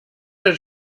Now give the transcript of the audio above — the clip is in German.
der